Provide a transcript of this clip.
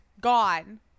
gone